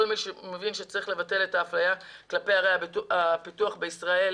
כל מי שמבין שצריך לבטל את האפליה כלפי ערי הפיתוח בישראל